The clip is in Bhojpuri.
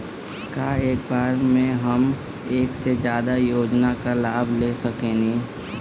का एक बार में हम एक से ज्यादा योजना का लाभ ले सकेनी?